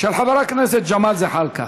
של חבר הכנסת ג'מאל זחאלקה